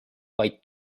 vaid